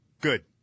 Good